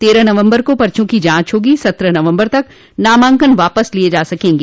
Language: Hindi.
तेरह नवम्बर को पर्चो की जांच होगी सत्रह नवम्बर तक नामांकन वापस लिये जा सकते हैं